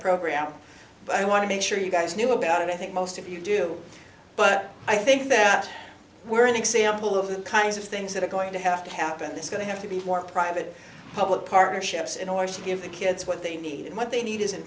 program but i want to make sure you guys knew about it i think most of you do but i think that we're an example of the kinds of things that are going to have to happen that's going to have to be more private public partnerships in order to give the kids what they need and what they need